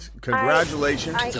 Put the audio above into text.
Congratulations